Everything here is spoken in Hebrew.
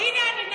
הינה אני.